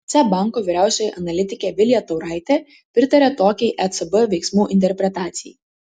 seb banko vyriausioji analitikė vilija tauraitė pritaria tokiai ecb veiksmų interpretacijai